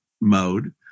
mode